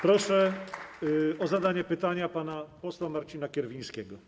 Proszę o zadanie pytania pana posła Marcina Kierwińskiego.